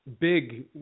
big